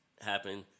happen